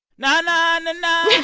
na, na, na,